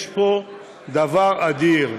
יש פה דבר אדיר.